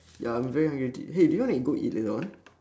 ya I'm very hungry hey do you want to go eat later on